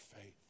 faith